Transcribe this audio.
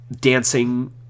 dancing